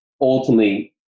Ultimately